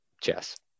chess